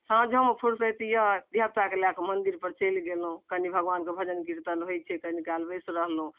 साँझोमे फुरसैत यऽ धिआपुता कऽ लै कऽ मन्दिर पर चलि गेलहुँ कनि भगबान कऽ भजन कीर्तन होइत छै कनि काल बैस रहलहुँ